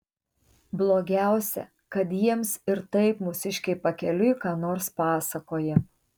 blogiausia kad jiems ir taip mūsiškiai pakeliui ką nors pasakoja